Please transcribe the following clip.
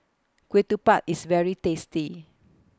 Ketupat IS very tasty